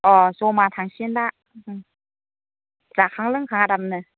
अ' जमा थांसिगोन दा जाखां लोंखां आरामनो